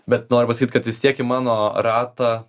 bet noriu pasakyt kad vis tiek į mano ratą